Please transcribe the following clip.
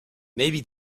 maybe